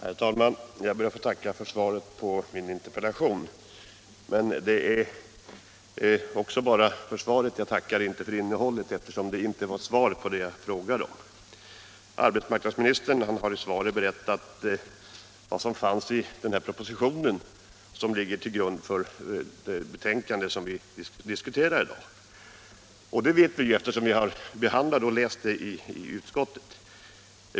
Herr talman! Jag ber att få tacka för svaret på min interpellation. Men det är också bara för svaret jag tackar, inte för innehållet, eftersom det inte var svar på det jag frågade om. Arbetsmarknadsministern har i svaret berättat vad som står i den proposition som ligger till grund för det betänkande som vi i dag diskuterar. Det vet vi ju redan, eftersom vi har behandlat den i utskottet.